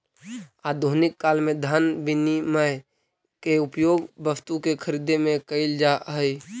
आधुनिक काल में धन विनिमय के उपयोग वस्तु के खरीदे में कईल जा हई